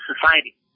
society